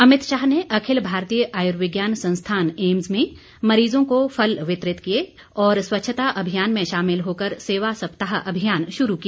अमित शाह ने अखिल भारतीय आयुर्विज्ञान संस्थान एम्स में मरीजों को फल वितरित किए और स्वच्छता अभियान में शामिल होकर सेवा सप्ताह अभियान शुरू किया